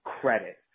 credit